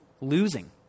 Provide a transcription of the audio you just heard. losing